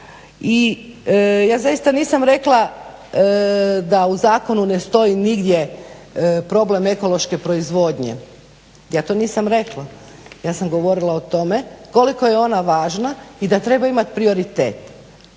I ja zaista nisam rekla da u zakonu ne stoji nigdje problem ekološke proizvodnje, ja to nisam rekla ja sam govorila o tome koliko je ona važna i da treba imati prioritet.